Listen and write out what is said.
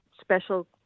special